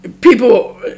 people